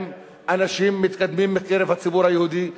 עם אנשים מתקדמים בקרב הציבורי היהודי,